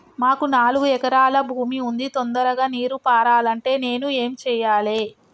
మాకు నాలుగు ఎకరాల భూమి ఉంది, తొందరగా నీరు పారాలంటే నేను ఏం చెయ్యాలే?